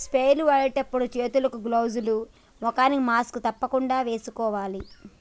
sprayer లు వాడేటప్పుడు చేతులకు గ్లౌజ్ లు, ముఖానికి మాస్క్ తప్పకుండా వేసుకోవాలి